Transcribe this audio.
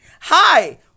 Hi